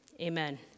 amen